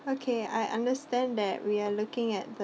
okay I understand that we are looking at the